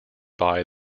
buy